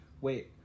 wait